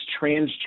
transgender